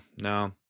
no